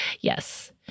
Yes